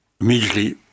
immediately